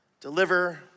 Deliver